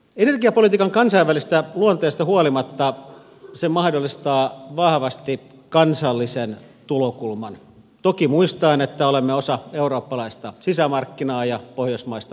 energiapolitiikan kansainvälisestä luonteesta huolimatta se mahdollistaa vahvasti kansallisen tulokulman toki muistaen että olemme osa eurooppalaista sisämarkkinaa ja pohjoismaista sähkömarkkinaa